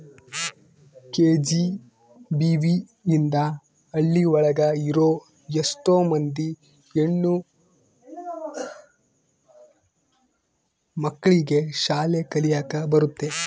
KGBV ಇಂದ ಹಳ್ಳಿ ಒಳಗ ಇರೋ ಎಷ್ಟೋ ಮಂದಿ ಹೆಣ್ಣು ಮಕ್ಳಿಗೆ ಶಾಲೆ ಕಲಿಯಕ್ ಬರುತ್ತೆ